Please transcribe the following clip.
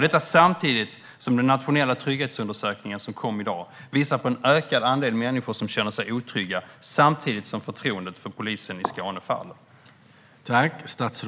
Detta sker samtidigt som den nationella trygghetsundersökningen, som kom i dag, visar på en ökad andel människor som känner sig otrygga - samtidigt som förtroendet för polisen i Skåne faller.